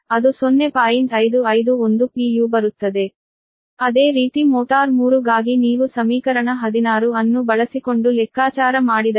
ಅದೇ ರೀತಿ ಮೋಟಾರ್ 3 ಗಾಗಿ ನೀವು ಸಮೀಕರಣ 16 ಅನ್ನು ಬಳಸಿಕೊಂಡು ಲೆಕ್ಕಾಚಾರ ಮಾಡಿದರೆ ಅದು 0